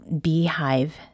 Beehive